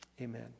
Amen